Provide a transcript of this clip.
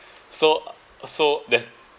so uh so there's